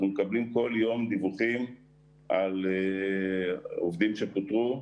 כל יום דיווחים על עובדים שפוטרו,